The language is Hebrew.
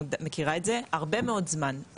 מכירה את זה הרבה מאוד זמן,